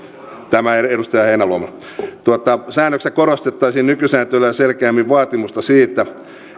tämä edustaja heinäluomalle säännöksissä korostettaisiin nykysääntelyä selkeämmin vaatimusta siitä